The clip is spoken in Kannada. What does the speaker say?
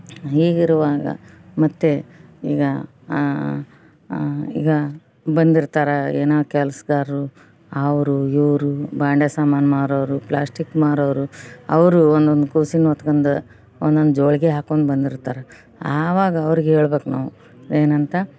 ಹೀಗಿರುವಾಗ ಮತ್ತೆ ಈಗ ಈಗ ಬಂದಿರ್ತಾರೆ ಏನೋ ಕೆಲ್ಸಗಾರರು ಅವರು ಇವರು ಬಾಂಡೆ ಸಾಮಾನು ಮಾರೋರು ಪ್ಲ್ಯಾಸ್ಟಿಕ್ ಮಾರೋರು ಅವರು ಒಂದೊಂದು ಕೂಸನ್ನು ಹೊತ್ಕೊಂಡು ಒಂದೊಂದು ಜೋಳಿಗೆ ಹಾಕ್ಕೊಂಡು ಬಂದಿರ್ತಾರೆ ಅವಾಗ ಅವ್ರಿಗೆ ಹೇಳ್ಬೇಕು ನಾವು ಏನಂತ